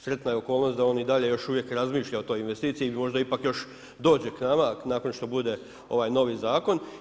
Sretna je okolnost da on i dalje još uvijek razmišlja o toj investiciji i možda ipak još dođe k nama nakon što bude ovaj novi zakon.